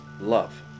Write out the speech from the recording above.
love